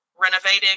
renovating